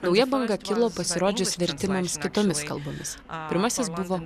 nauja banga kilo pasirodžius vertimams kitomis kalbomis pirmasis buvo